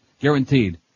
Guaranteed